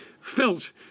felt